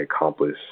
accomplish